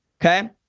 okay